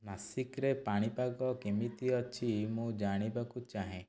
ନାସିକ୍ରେ ପାଣିପାଗ କେମିତି ଅଛି ମୁଁ ଜାଣିବାକୁ ଚାହେଁ